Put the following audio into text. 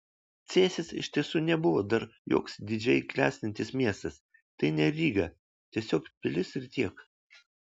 cėsis iš tiesų nebuvo dar joks didžiai klestintis miestas tai ne ryga tiesiog pilis ir tiek